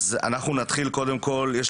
אז אנחנו נתחיל קודם כל לפי